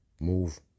Move